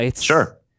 Sure